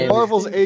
Marvel's